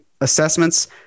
assessments